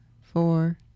four